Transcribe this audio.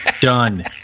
Done